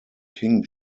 king